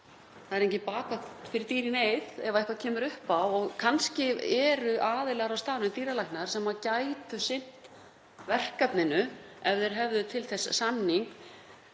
það er engin bakvakt fyrir dýr í neyð eða ef eitthvað kemur upp á. Kannski eru aðilar á staðnum, dýralæknar, sem gætu sinnt verkefninu ef þeir hefðu til þess samning.